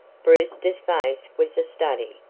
brewster's face was a study.